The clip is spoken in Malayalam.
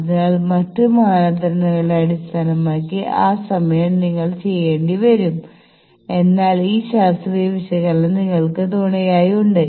അതിനാൽ മറ്റ് മാനദണ്ഡങ്ങളെ അടിസ്ഥാനമാക്കി ആ സമയം നിങ്ങൾ ചെയ്യേണ്ടി വരും എന്നാൽ ഈ ശാസ്ത്രീയ വിശകലനം നിങ്ങളൾക്ക് തുണയായുണ്ട്